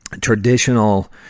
traditional